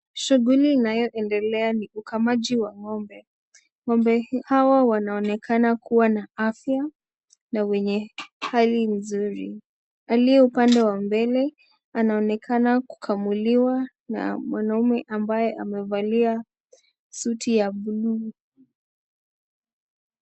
Shughuli unaoendelea ni ukamaji wa ngombe. Ngombe hawa wanaonekana kuwa na afya na wenye hali nzuri. Aliye upande wa mbele anaonekana kukamuliwa na mwanaume ambaye amevalia suti ya buluu.